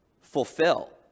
fulfill